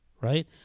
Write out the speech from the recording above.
right